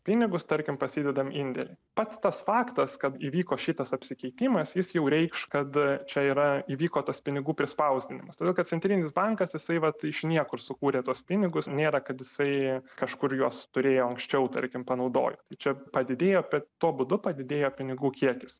pinigus tarkim pasidedam indėlį pats tas faktas kad įvyko šitas apsikeitimas jis jau reikš kad čia yra įvyko tas pinigų prispausdinimas todėl kad centrinis bankas jisai vat iš niekur sukūrė tuos pinigus nėra kad jisai kažkur juos turėjo anksčiau tarkim panaudojo tai čia padidėjo bet tuo būdu padidėja pinigų kiekis